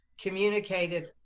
communicated